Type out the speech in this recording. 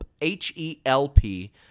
H-E-L-P